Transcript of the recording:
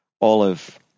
Olive